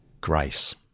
grace